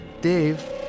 Dave